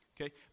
Okay